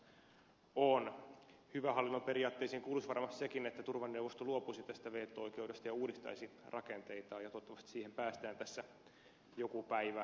hyvän hallinnon periaatteisiin kuuluisi varmasti sekin että turvaneuvosto luopuisi tästä veto oikeudesta ja uudistaisi rakenteitaan ja toivottavasti siihen päästään joku päivä